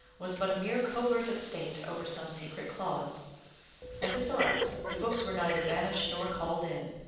was but a mere covert of state over some secret cause and besides, the books were neither banished nor called in.